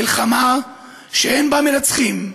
מלחמה שאין בה מנצחים,